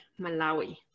Malawi